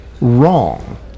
wrong